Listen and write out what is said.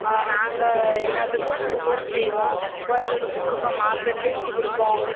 நாங்கள் எல்லாத்துக்கும் கொடுக்கவும் செய்வோம் கோயில்களுக்கும் கொடுப்போம் மார்க்கெட்லையும் வந்து கொடுப்போம்